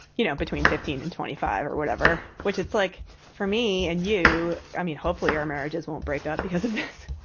you know, between fifteen and twenty five or whatever, which it's like for me and you. i mean hopefully our marriages won't break out because of this.